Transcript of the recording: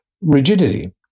rigidity